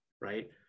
right